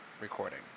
recording